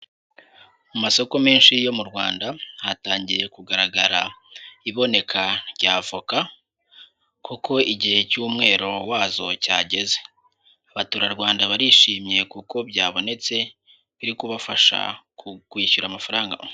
Mu masoko menshi yo mu Rwanda hatangiye kugaragara iboneka ry'avoka kuko igihe cy'umwero wazo cyageze, abaturarwanda barishimye kuko byabonetse biri kubafasha kwishyura amafaranga.